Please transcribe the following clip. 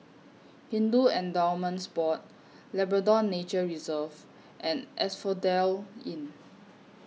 Hindu Endowments Board Labrador Nature Reserve and Asphodel Inn